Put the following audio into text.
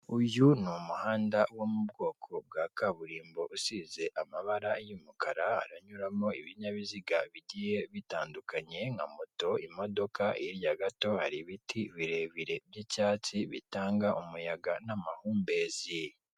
Uyu ni umuhanda wo mu bwoko bwa kaburimbo usize amabara y'umukara. Haranyuramo ibinybiziga bigiye bitandukanye nka moto, imodoka, hirya gato hari ibiti birebire by'icyatsi, bitanga umuyaga n'amahumbezi.